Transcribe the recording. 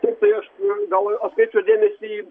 tiesa aš gal atkreipčiau dėmesį į